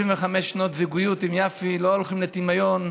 25 שנות זוגיות עם יפי לא הולכות לטמיון,